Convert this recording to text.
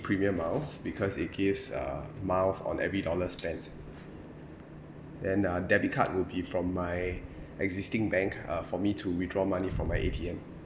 premiermiles because it gives uh miles on every dollar spent then uh debit card will be from my existing bank uh for me to withdraw money from my A_T_M